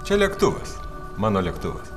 čia lėktuvas mano lėktuvas